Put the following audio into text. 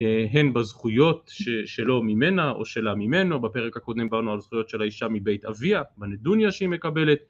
הן בזכויות שלו ממנה או שלה ממנו בפרק הקודם דברנו על זכויות של האישה מבית אביה בנדוניה שהיא מקבלת